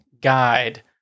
guide